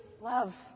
love